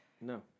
No